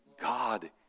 God